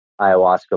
ayahuasca